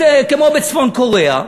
כמו בצפון-קוריאה,